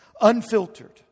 unfiltered